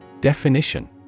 Definition